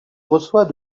reçoit